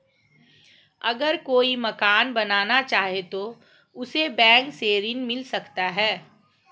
अगर कोई मकान बनाना चाहे तो उसे बैंक से ऋण मिल सकता है?